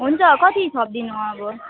हुन्छ कति थपिदिनु अब